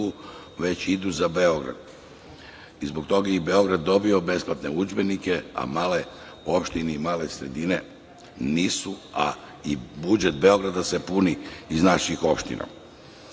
već idu za Beograd i zbog toga je Beograd i dobio besplatne udžbenike, a male opštine i male sredine nisu, a i budžet Beograda se puni iz naših opština. Cilj